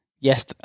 yes